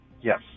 Yes